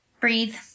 Breathe